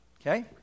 Okay